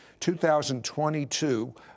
2022